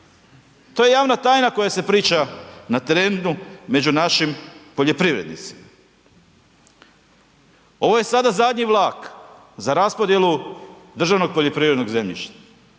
To je javna tajna koja se priča na terenu, među našim poljoprivrednicima. Ovo je sada zadnji vlak za raspodjelu državnog poljoprivrednog zemljišta